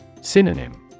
Synonym